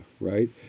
right